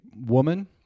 woman